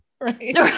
right